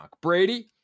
Brady